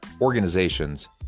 organizations